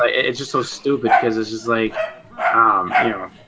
ah it's just so stupid because it's just like um you know